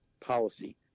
Policy